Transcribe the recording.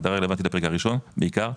ההגדרה רלוונטית לפרק הראשון בעיקר,